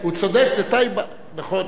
הוא צודק, זה טייבָּה, נכון.